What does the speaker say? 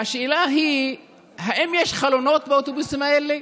והשאלה היא האם יש חלונות באוטובוסים האלה?